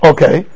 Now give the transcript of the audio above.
Okay